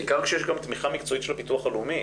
בעיקר כשיש גם תמיכה מקצועית של הביטוח הלאומי.